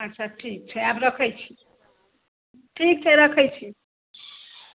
अच्छा ठीक छै आब रखैत छी ठीक छै रखैत छी